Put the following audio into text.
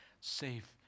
safe